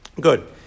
Good